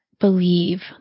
believe